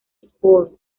sport